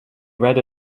read